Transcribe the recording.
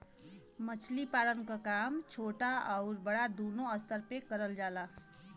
मछली पालन क काम छोटा आउर बड़ा दूनो स्तर पे करल जाला